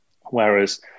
Whereas